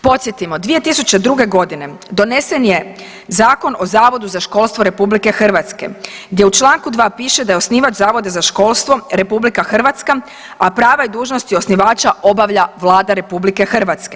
Podsjetimo, 2002. godine donesen je Zakon o Zavodu za školstvo RH gdje u Članku 2. piše da je osnivač Zavoda za školstvo RH, a prava i dužnosti osnivača obavlja Vlada RH.